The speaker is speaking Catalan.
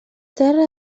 terra